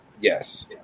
Yes